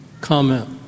comment